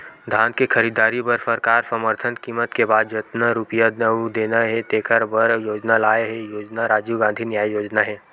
धान के खरीददारी बर सरकार समरथन कीमत के बाद जतना रूपिया अउ देना हे तेखर बर योजना लाए हे योजना राजीव गांधी न्याय योजना हे